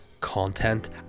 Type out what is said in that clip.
content